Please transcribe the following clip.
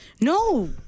No